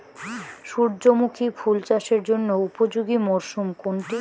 সূর্যমুখী ফুল চাষের জন্য উপযোগী মরসুম কোনটি?